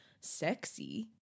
sexy